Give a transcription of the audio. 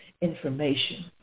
information